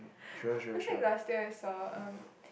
was it last year I saw um